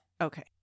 Okay